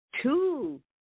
two